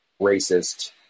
racist